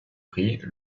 prix